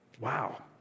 Wow